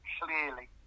clearly